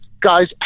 guys